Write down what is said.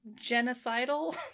genocidal